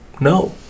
no